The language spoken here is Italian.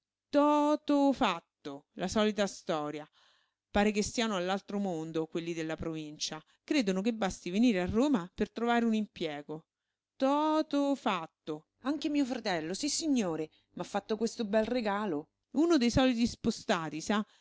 to fatto la solita storia pare che stiano all'altro mondo quelli della provincia credono che basti venire a roma per trovare un impiego t o to fatto anche mio fratello sissignore m'ha fatto questo bel regalo uno dei soliti spostati sa